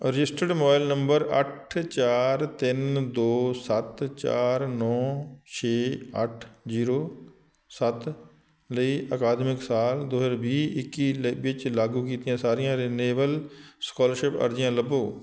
registered mobile number ਅੱਠ ਚਾਰ ਤਿੰਨ ਦੋ ਸੱਤ ਚਾਰ ਨੌ ਛੇ ਅੱਠ ਜ਼ੀਰੋ ਸੱਤ ਲਈ ਅਕਾਦਮਿਕ ਸਾਲ ਦੋ ਹਜ਼ਾਰ ਵੀਹ ਇੱਕੀ ਵਿੱਚ ਲਾਗੂ ਕੀਤੀਆਂ ਸਾਰੀਆਂ ਰਿਨਿਵੇਲ ਸਕੋਲਰਸ਼ਿਪ ਅਰਜ਼ੀਆਂ ਲੱਭੋ